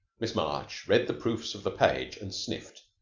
miss march read the proofs of the page, and sniffed.